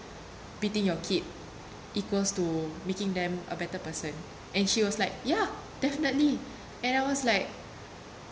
beating your kid equals to making them a better person and she was like ya definitely and I was like